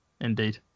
Indeed